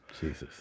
Jesus